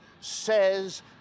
says